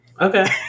Okay